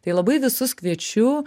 tai labai visus kviečiu